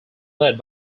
led